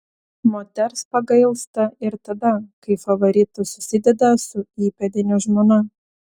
moters pagailsta ir tada kai favoritas susideda su įpėdinio žmona